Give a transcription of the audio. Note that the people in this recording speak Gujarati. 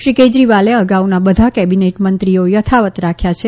શ્રી કેજરીવાલે અગાઉના બધા કેબિનેટ મંત્રીઓ થથાવત રાખ્યા છે